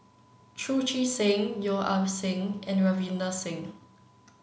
Chu Chee Seng Yeo Ah Seng and Ravinder Singh